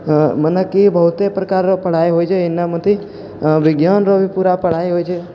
मनेकि बहुते प्रकार रऽ पढ़ाइ होइ छै एहिना मति विज्ञान रऽ भी पूरा पढ़ाइ होइ छै